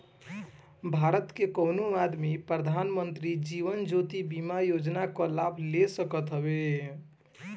भारत के कवनो आदमी प्रधानमंत्री जीवन ज्योति बीमा योजना कअ लाभ ले सकत हवे